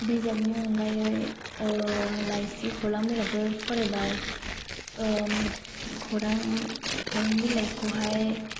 बिजाबनि अनगायै लाइसि खौरां बिलाइफोर फरायबाय खौरां बिलाइखौहाय